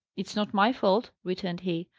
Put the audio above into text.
it's not my fault, returned he.